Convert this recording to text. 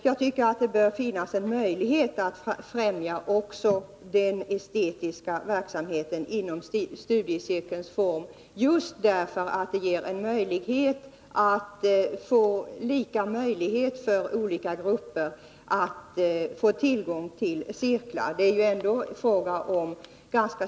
Jag tycker att det bör finnas en möjlighet att främja också den estetiska verksamheten inom studiecirkelns form, just därför att det ger olika grupper tillgång till cirklar.